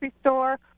store